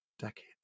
Decades